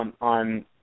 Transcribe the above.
on